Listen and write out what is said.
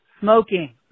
smoking